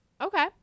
Okay